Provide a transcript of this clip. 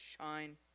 shine